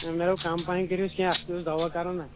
مےٚ دوٚپ کَم پَہَم کٔرِوُس کینٛہہ بہٕ چھُس دَوا کَرَان نا